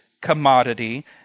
commodity